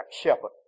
shepherd